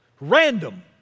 random